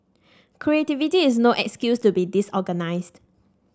creativity is no excuse to be disorganised